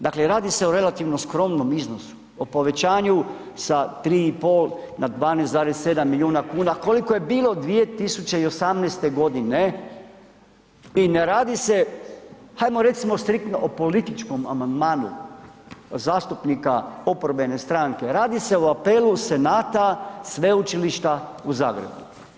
Dakle, radi se o relativno skromnom iznosu, o povećanju sa 3,5 na 12,7 milijuna kuna koliko je bilo 2018.g. i ne radi se, hajmo recimo striktno o političkom amandmanu zastupnika oporbene stranke, radi se o apelu senata Sveučilišta u Zagrebu.